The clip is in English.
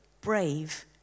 Brave